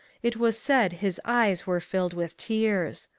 it was said his eyes were filled with tears.